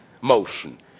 motion